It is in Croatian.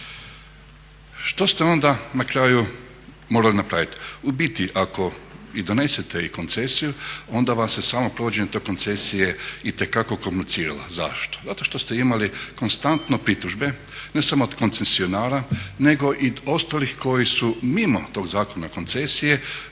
Što ste onda na kraju morali napraviti? U biti ako i donesete i koncesiju onda vam se samo provođenje te koncesije itekako komplicirala. Zašto? Zato što ste imali konstantno pritužbe, ne samo od koncesionara nego i ostalih koji su mimo tog Zakona o koncesijama